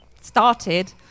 started